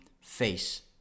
face